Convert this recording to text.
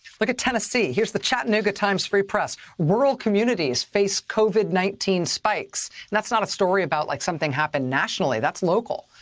look at tennessee. here's the chattanooga times free press. world communities face covid nineteen spikes. that's not a story about like something that happened nationally. that's local.